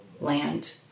land